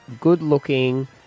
good-looking